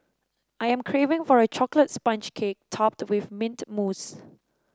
I am craving for a chocolate sponge cake topped with mint mousse